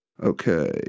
Okay